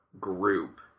group